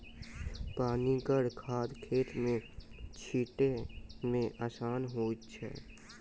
पनिगर खाद खेत मे छीटै मे आसान होइत छै